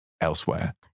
elsewhere